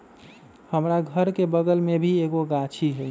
हमरा घर के बगल मे भी एगो गाछी हई